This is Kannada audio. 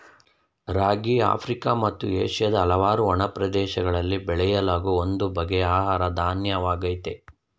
ರಾಗಿ ಆಫ್ರಿಕ ಮತ್ತು ಏಷ್ಯಾದ ಹಲವಾರು ಒಣ ಪ್ರದೇಶಗಳಲ್ಲಿ ಬೆಳೆಯಲಾಗೋ ಒಂದು ಬಗೆಯ ಆಹಾರ ಧಾನ್ಯವಾಗಯ್ತೆ